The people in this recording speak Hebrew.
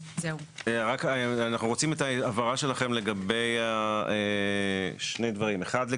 אנחנו רוצים את ההבהרה שלכם לגבי שני דברים: אחד,